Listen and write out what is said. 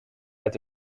uit